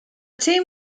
team